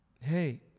hey